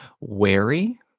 wary